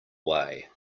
way